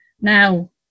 Now